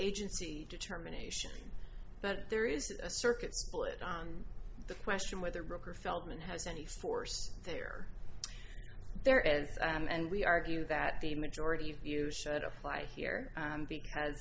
agency determination but there is a circuit split on the question whether broker feltman has any force there there is and we argue that the majority view should apply here because